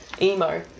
emo